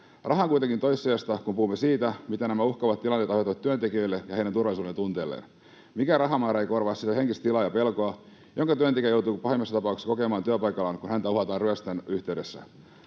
Raha on kuitenkin toissijaista, kun puhumme siitä, mitä nämä uhkaavat tilanteet aiheuttavat työntekijöille ja heidän turvallisuudentunteelleen. Mikään rahamäärä ei korvaa sitä henkistä tilaa ja pelkoa, jonka työntekijä joutuu pahimmassa tapauksessa kokemaan työpaikallaan, kun häntä uhataan ryöstön yhteydessä.